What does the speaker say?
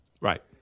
Right